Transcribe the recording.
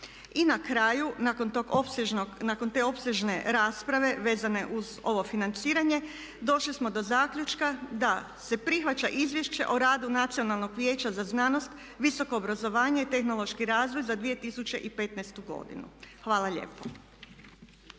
I na kraju nakon te opsežne rasprave vezane uz ovo financiranje došli smo do zaključka da se prihvaća Izvješće o radu Nacionalnog vijeća za znanost, visoko obrazovanje i tehnološki razvoj za 2015. godinu. Hvala lijepo.